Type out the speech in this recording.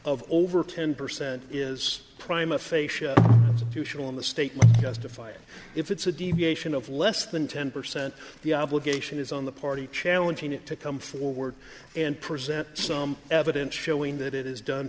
of over ten percent is prime a facia usual in the state justify it if it's a deviation of less than ten percent the obligation is on the party challenging it to come forward and present some evidence showing that it is done